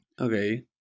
Okay